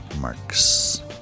marks